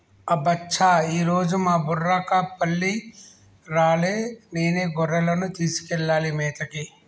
అబ్బ చా ఈరోజు మా బుర్రకపల్లి రాలే నేనే గొర్రెలను తీసుకెళ్లాలి మేతకి